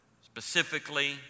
specifically